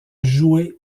joué